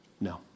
No